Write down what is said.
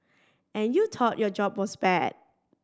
and you thought your job was bad